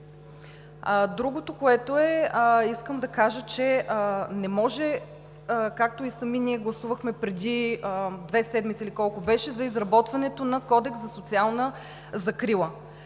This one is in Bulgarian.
важен въпрос? Искам да кажа, че не може, както и самите ние гласувахме преди две седмици, или колко беше, за изработването на Кодекс за социална закрила.